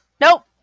Nope